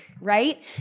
right